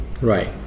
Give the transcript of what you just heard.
Right